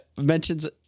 mentions